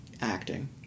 acting